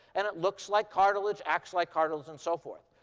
and it looks like cartilage, acts like cartilage, and so forth.